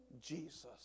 Jesus